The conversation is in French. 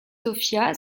sophia